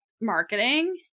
marketing